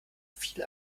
viel